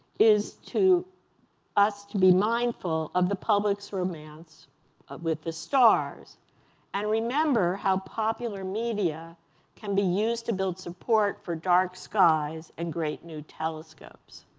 is us to be mindful of the public's romance with the stars and remember how popular media can be used to build support for dark skies and great new telescopes.